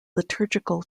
liturgical